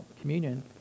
communion